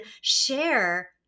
share